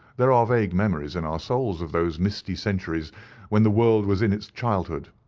there are vague memories in our souls of those misty centuries when the world was in its childhood.